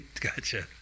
gotcha